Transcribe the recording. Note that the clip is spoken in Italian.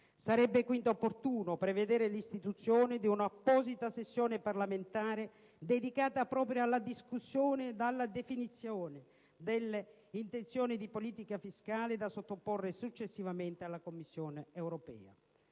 Sarebbe quindi opportuno prevedere l'istituzione di una apposita sessione parlamentare dedicata proprio alla discussione ed alla definizione delle intenzioni di politica fiscale da sottoporre successivamente alla Commissione europea.